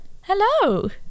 hello